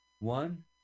one